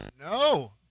No